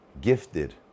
gifted